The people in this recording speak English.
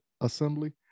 assembly